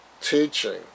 teaching